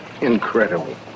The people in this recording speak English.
Incredible